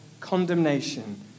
condemnation